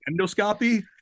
endoscopy